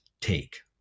take